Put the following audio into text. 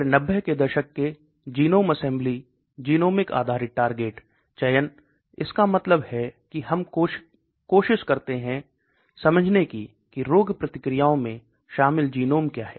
फिर 90 के दशक के जीनोम असेंबली जीनोमिक आधारित टारगेट चयन इसका मतलब है कि हम कोशिश करते हैं समझें कि रोग प्रक्रियाओं में शामिल जीनोम क्या हैं